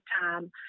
time